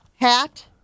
hat